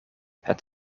het